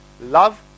Love